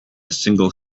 single